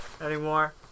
anymore